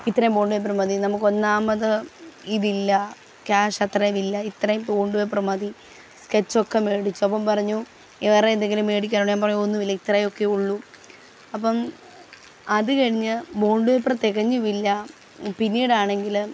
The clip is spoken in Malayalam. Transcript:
ഇത്രയും ബോണ്ട് പേപ്പറ് മതി നമുക്ക് ഒന്നാമത് ഇതില്ല ക്യാഷ് അത്രയും ഇല്ല ഇത്രയും ബോണ്ട് പേപ്പറ് മതി സ്കെച്ച് ഒക്കെ മേടിച്ച് അപ്പം പറഞ്ഞു വേറെ എന്തെങ്കിലും മേടിക്കാനുണ്ടോ ഞാൻ പറഞ്ഞു ഒന്നും ഇല്ല ഇത്രയും ഒക്കെ ഉള്ളൂ അപ്പം അത് കഴിഞ്ഞ് ബോണ്ട് പേപ്പറ് തികഞ്ഞും ഇല്ല പിന്നിട് ആണെങ്കിൽ